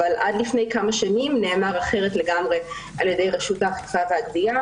אבל עד לפני כמה שנים נאמר אחרת לגמרי על ידי רשות האכיפה והגבייה.